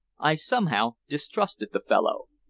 i somehow distrusted the fellow.